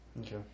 Okay